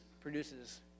produces